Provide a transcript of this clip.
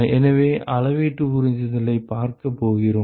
எனவே அளவீட்டு உறிஞ்சுதலைப் பார்க்கப் போகிறோம்